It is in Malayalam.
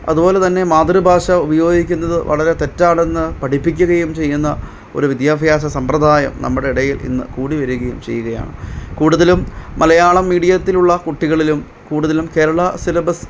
അതുപോലെ തന്നെ മാതൃഭാഷ ഉപയോഗിക്കുന്നത് വളരെ തെറ്റാണെന്ന് പഠിപ്പിക്കുകയും ചെയ്യുന്ന ഒരു വിദ്യാഭ്യസം സമ്പ്രദായം നമ്മുടെ ഇടയില് ഇന്ന് കൂടി വരികയും ചെയ്യുകയാണ് കൂടുതലും മലയാളം മീഡിയത്തിലുള്ള കുട്ടികളിലും കൂടുതലും കേരളം സിലബസ്